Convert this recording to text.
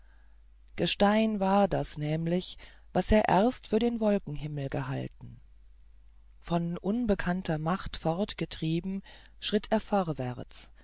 gestein war das nämlich was er erst für den wolkenhimmel gehalten von unbekannter macht fortgetrieben schritt er